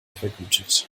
vergütet